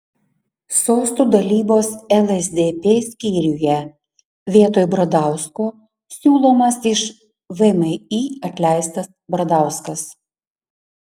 sostų dalybos lsdp skyriuje vietoj bradausko siūlomas iš vmi atleistas bradauskas